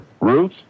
Ruth